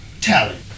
talent